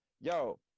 yo